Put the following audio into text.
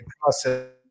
process